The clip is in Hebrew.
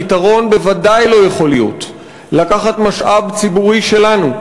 הפתרון בוודאי לא יכול להיות לקחת משאב ציבורי שלנו,